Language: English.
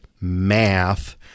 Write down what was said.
math